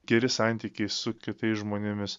geri santykiai su kitais žmonėmis